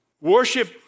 worship